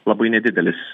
labai nedidelis